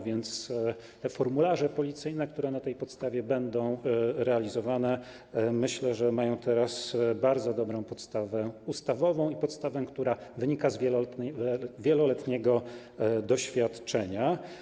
Myślę, że formularze policyjne, które na tej podstawie będą realizowane, mają teraz bardzo dobrą podstawę ustawową i podstawę, która wynika z wieloletniego doświadczenia.